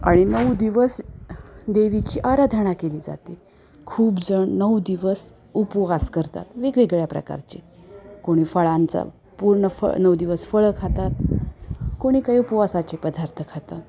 आणि नऊ दिवस देवीची आराधना केली जाते खूपजण नऊ दिवस उपवास करतात वेगवेगळ्या प्रकारचे कोणी फळांचा पूर्ण फ नऊ दिवस फळं खातात कोणी काही उपवासाचे पदार्थ खातात